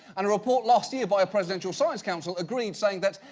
and a report last year by a presidential science council agreed saying that,